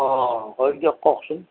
অঁ হয় দিয়ক কওকচোন